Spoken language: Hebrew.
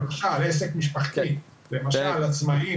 למשל, עסק משפחתי, עצמאיים.